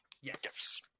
Yes